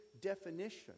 definition